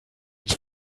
als